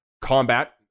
combat